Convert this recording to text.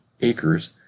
acres